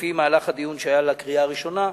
לפי מהלך הדיון שהיה לקראת הקריאה הראשונה,